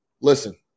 Listen